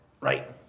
right